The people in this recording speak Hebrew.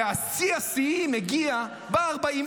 ושיא השיאים הגיע ב-48